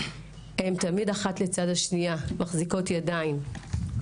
הן תמיד אחת לצד השנייה מחזיקות ידיים.